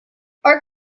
our